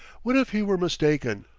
what if he were mistaken,